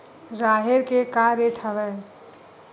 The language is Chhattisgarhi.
राहेर के का रेट हवय?